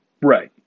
Right